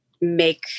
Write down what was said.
make